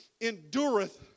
endureth